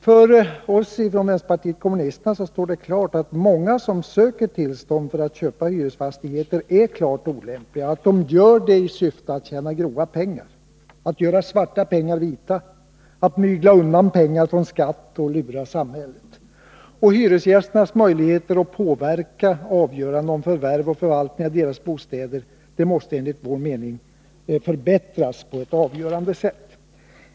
För oss inom vänsterpartiet kommunisterna står det klart att många som söker tillstånd för att köpa hyresfastigheter är klart olämpliga och att de gör det i syfte att tjäna grova pengar, att göra svarta pengar vita, att mygla undan pengar från skatt och lura samhället. Hyresgästernas möjligheter att påverka avgörande om förvärv och förvaltning av sina bostäder måste enligt vår mening förbättras på ett avgörande sätt.